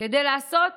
כדי לעשות